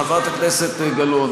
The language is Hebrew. חברת הכנסת גלאון,